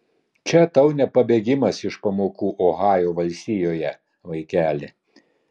čia tau ne pabėgimas iš pamokų ohajo valstijoje vaikeli